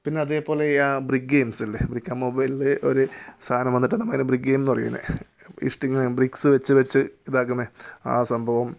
പിന്നെ അതേപോലെ brick games ഇല്ലേ മൈബൈലിൽ ഒരു സാധനം വന്നിട്ട് നമ്മൾ അതിനെ ബ്രിക്ക് ഗൈയിം എന്ന് പറയും അതിനെ ഇഷ്ടികയെല്ലാം ബ്രിക്സ് വെച്ച് വെച്ച് ഇതാക്കുന്നത് ആ സംഭവം